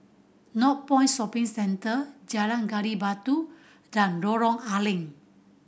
Northpoint Shopping Centre Jalan Gali Batu and Lorong A Leng